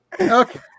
Okay